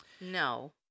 no